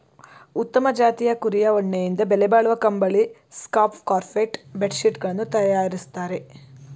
ಉತ್ತಮ ಜಾತಿಯ ಕುರಿಯ ಉಣ್ಣೆಯಿಂದ ಬೆಲೆಬಾಳುವ ಕಂಬಳಿ, ಸ್ಕಾರ್ಫ್ ಕಾರ್ಪೆಟ್ ಬೆಡ್ ಶೀಟ್ ಗಳನ್ನು ತರಯಾರಿಸ್ತರೆ